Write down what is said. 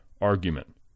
argument